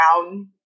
brown